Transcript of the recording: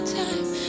time